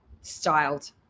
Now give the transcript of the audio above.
styled